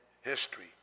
history